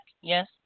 Yes